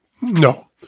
No